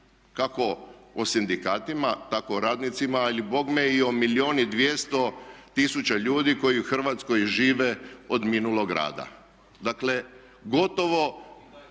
kako o sindikatima, tako o radnicima ali bogme i o milijun i 200 tisuća ljudi koji u Hrvatskoj žive od minulog rada. Dakle gotovo